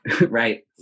Right